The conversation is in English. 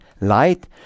light